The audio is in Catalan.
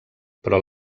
però